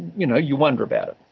you know, you wonder about it.